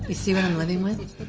see what i'm living with?